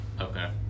Okay